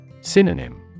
Synonym